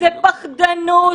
זה פחדנות.